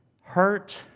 hurt